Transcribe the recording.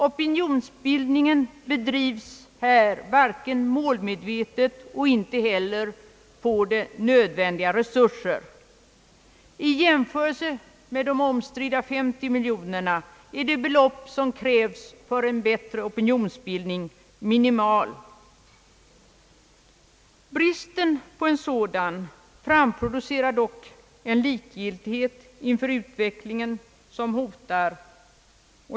Opinionsbildningen bedrivs inte målmedvetet, och inte heller får man nödiga resurser, I jämförelse med de omstridda 50 miljonerna är det belopp som krävs för bättre opinionsbildning minimalt. Men bristen på en sådan ger upphov till likgiltighet inför den utveckling som hotar.